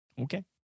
Okay